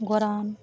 গরান